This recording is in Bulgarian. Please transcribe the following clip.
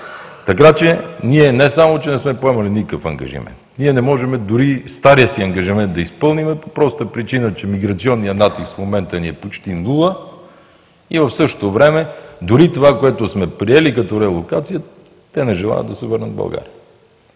Така че ние не само, че не сме поемали никакъв ангажимент, ние не можем дори и стария си ангажимент да изпълним по простата причина, че миграционният натиск в момента ни е почти нула и в същото време, дори това, което сме приели като релокация, те не желаят да се върнат в България.